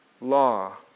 law